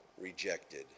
rejected